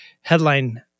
headline